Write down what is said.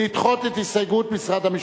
לדחות את הסתייגות משרד המשפטים.